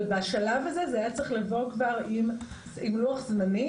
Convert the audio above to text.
אבל בשלב הזה זה היה צריך לבוא כבר עם לוח זמנים.